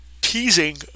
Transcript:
teasing